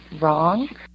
wrong